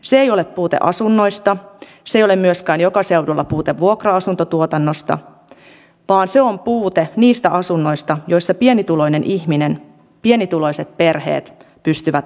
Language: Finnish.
se ei ole puute asunnoista se ei ole myöskään joka seudulla puute vuokra asuntotuotannosta vaan se on puute niistä asunnoista joissa pienituloinen ihminen pienituloiset perheet pystyvät asumaan